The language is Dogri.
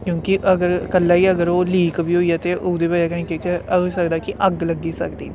क्योंकि अगर कल्ला गी अगर ओह् लीक बी होई जाए ते ओह्दी वजह कन्नै केह् केह् होई सकदा के अग्ग लग्गी सकदी